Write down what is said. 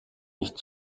nicht